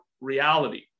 reality